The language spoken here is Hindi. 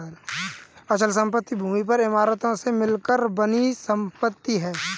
अचल संपत्ति भूमि और इमारतों से मिलकर बनी संपत्ति है